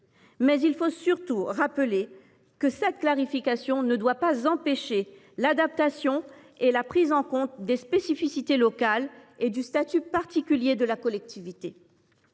il faut surtout rappeler que cette clarification ne doit pas empêcher l’adaptation et la prise en compte des spécificités locales et du statut particulier de la collectivité